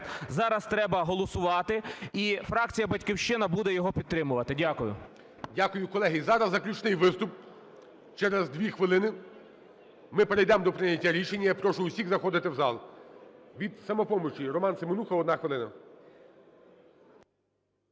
зараз треба голосувати, і фракція "Батьківщина" буде його підтримувати. Дякую. ГОЛОВУЮЧИЙ. Дякую. Колеги, зараз заключний виступ. Через 2 хвилини ми перейдемо до прийняття рішення. Я прошу усіх заходити в зал. Від "Самопомочі" Роман Семенуха, одна хвилина.